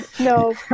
No